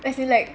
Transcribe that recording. as in like